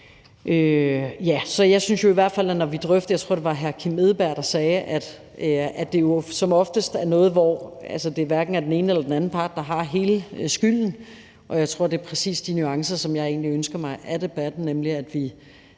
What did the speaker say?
Jeg tror, det var hr. Kim Edberg Andersen, der sagde, at det jo som oftest er noget, hvor det hverken er den ene eller den anden part, der har hele skylden, og jeg tror, det er præcis de nuancer, som jeg egentlig ønsker mig af debatten, nemlig at vi